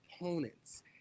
opponents